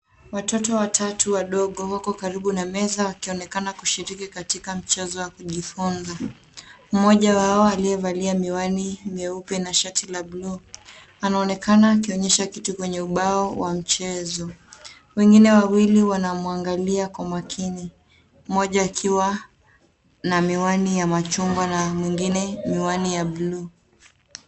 Watoto watau wadogo wako karibu na meza wakionekana kushiriki katika mchezo wa kujifunza. Mmoja wao aliyevalia miwani meupe na shati la bluu anaonekana akionyesha kitu kwenye ubao wa mchezo. Wengine wawili wanamwangalia kwa makini mmoja akiwa na miwani ya machungwa na mwingine miwani ya bluu.